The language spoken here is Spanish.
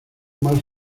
más